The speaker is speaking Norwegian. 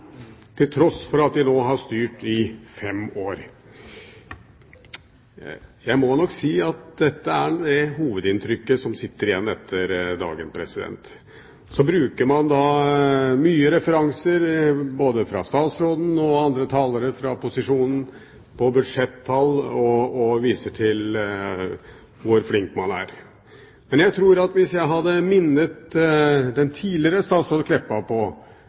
til tross for at de nå har styrt i fem år. Jeg må nok si at dette er det hovedinntrykket som sitter igjen etter dagen. Man bruker mye referanser, både statsråden og andre talere fra posisjonen, til budsjettall, og viser til hvor flink man er. Men jeg tror at hvis jeg hadde minnet den tidligere statsråd Kleppa på